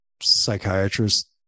psychiatrist